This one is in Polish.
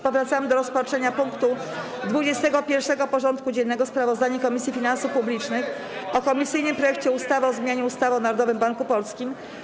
Powracamy do rozpatrzenia punktu 21. porządku dziennego: Sprawozdanie Komisji Finansów Publicznych o komisyjnym projekcie ustawy o zmianie ustawy o Narodowym Banku Polskim.